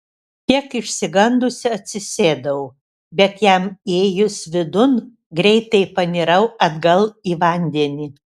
kiek išsigandusi atsisėdau bet jam įėjus vidun greitai panirau atgal į vandenį